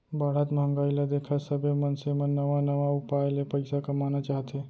बाढ़त महंगाई ल देखत सबे मनसे मन नवा नवा उपाय ले पइसा कमाना चाहथे